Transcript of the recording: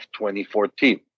2014